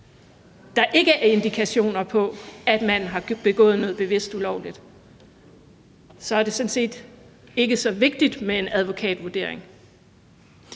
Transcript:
der ikke er indikationer på, at man bevidst har begået noget ulovligt, er det sådan set ikke så vigtigt med en advokatvurdering.